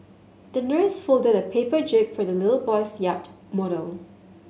the nurse folded a paper jib for the little boy's yacht model